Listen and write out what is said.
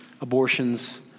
abortions